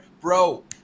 bro